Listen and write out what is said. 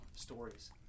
stories